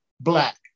Black